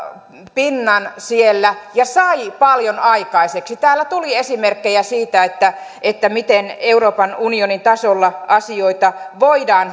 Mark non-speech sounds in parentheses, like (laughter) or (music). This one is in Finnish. pinnan siellä ja sai paljon aikaiseksi täällä tuli esimerkkejä siitä miten euroopan unionin tasolla asioita voidaan (unintelligible)